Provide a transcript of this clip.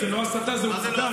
זאת לא הסתה, זו עובדה.